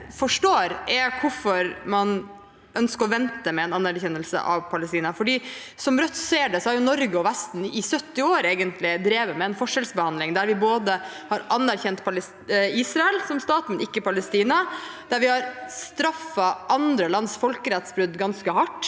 forstår, er hvorfor man ønsker å vente med en anerkjennelse av Palestina. Slik Rødt ser det, har jo Norge og Vesten i 70 år, egentlig, drevet med en forskjellsbehandling, der vi har anerkjent Israel som stat, men ikke Palestina, der vi har straffet andre lands folkerettsbrudd ganske hardt